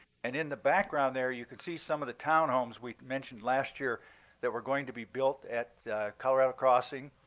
and in the background there, you could see some of the townhomes we mentioned last year that were going to be built at colorado crossing.